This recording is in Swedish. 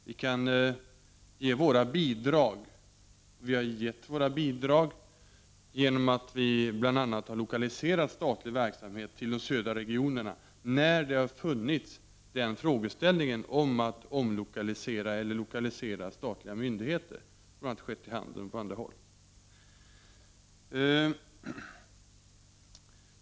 Vi kan ge våra bidrag, och vi har gett våra bidrag bl.a. genom att ha lokaliserat statlig verksamhet till de södra regionerna, när frågeställning om att omlokalisera eller lokalisera statliga myndigheter har förelegat. Så har skett i Handen och på andra håll.